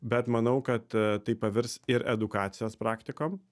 bet manau kad tai pavirs ir edukacijos praktikom